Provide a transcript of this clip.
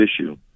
issue